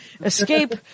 Escape